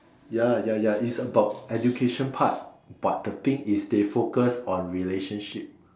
ya ya ya it's about education part but the thing is they focus on relationship